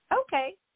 Okay